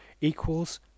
equals